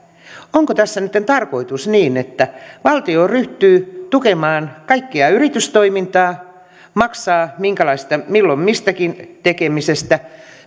onko tässä nytten tarkoitus että valtio ryhtyy tukemaan kaikkea yritystoimintaa maksaa milloin mistäkin tekemisestä